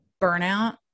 burnout